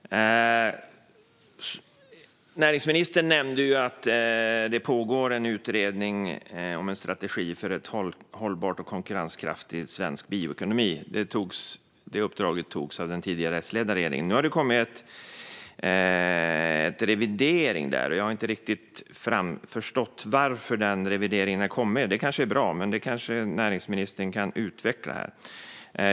Herr talman! Näringsministern nämnde att det pågår en utredning om en strategi för en hållbar och konkurrenskraftig svensk bioekonomi. Det uppdraget gavs av den tidigare S-ledda regeringen. Nu har det kommit en revidering där, och jag har inte riktigt förstått varför. Revideringen kanske är bra, men kanske kan näringsministern utveckla detta.